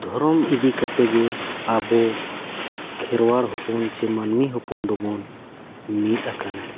ᱫᱷᱚᱨᱚᱢ ᱤᱫᱤ ᱠᱟᱛᱮ ᱜᱮ ᱟᱵᱚ ᱠᱷᱮᱨᱣᱟᱲ ᱦᱚᱯᱚᱱ ᱪᱮ ᱢᱟᱹᱱᱢᱤ ᱦᱚᱯᱚᱱ ᱫᱚᱵᱚᱱ ᱢᱤᱫ ᱟᱠᱟᱱᱟ